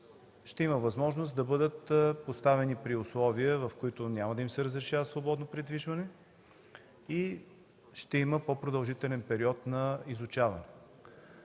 ще има възможност да бъдат поставени при условия, в които няма да им се разрешава свободно придвижване и ще има по-продължителен период на изучаване.